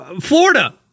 Florida